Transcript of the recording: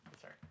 sorry